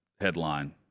headline